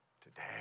today